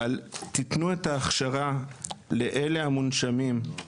תנו את ההכשרה לאלה המונשמים,